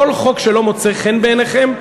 כל חוק שלא מוצא חן בעיניכם,